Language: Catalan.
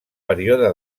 període